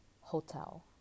hotel